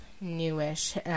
newish